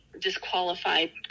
disqualified